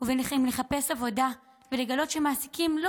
ובין שלחפש עבודה ולגלות שמעסיקים לא